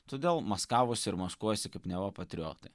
todėl maskavosi ir maskuojasi kaip neva patriotai